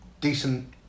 decent